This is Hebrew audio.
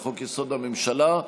לחוק-יסוד: הממשלה.